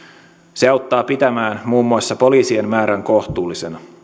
se auttaa pitämään muun muassa poliisien määrän kohtuullisena